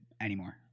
anymore